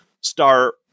start